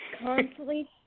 constantly